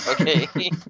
Okay